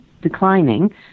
declining